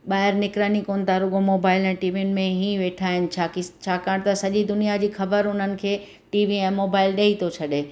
ॿाहिरि निकिरनि ई कोन था रुॻो मोबाइल ऐं टीविनि में ई वेठा आहिनि छाकि छाकाणि त सॼी दुनिया जी ख़बर उन्हनि खे टी वी ऐं मोबाइल ॾेई थो छॾे